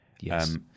Yes